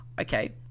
okay